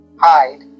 hide